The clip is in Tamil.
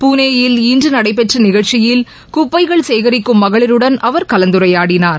புனேயில் இன்று நடைபெற்ற நிகழ்ச்சியில் குப்பைகள் சேகரிக்கும் மகளிருடன் அவர் கலந்துரையாடினார்